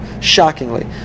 shockingly